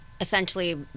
essentially